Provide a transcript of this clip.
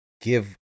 give